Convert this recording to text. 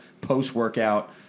post-workout